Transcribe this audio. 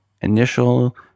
initial